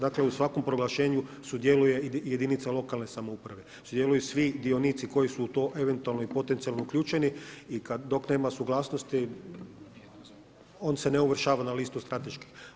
Dakle, u svakom proglašenju sudjeluje i jedinice lokalne samouprave, sudjeluju svi dionici koji su eventualno i potencijalno uključeni i dok nema suglasnosti, on se ne ovršava na listu strateški.